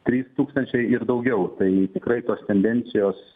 trys tūkstančiai ir daugiau tai tikrai tos tendencijos